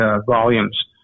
volumes